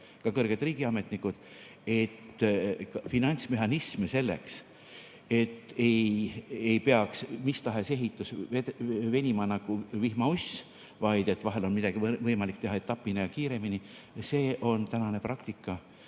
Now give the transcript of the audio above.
ka kõrged riigiametnikud –, et finantsmehhanism selleks, et mis tahes ehitus ei peaks venima nagu vihmauss, vaid et vahel on midagi võimalik teha etapina ja kiiremini, see on tänane praktika.